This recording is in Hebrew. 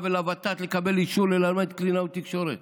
ולוות"ת לקבל אישור ללמד קלינאות תקשורת,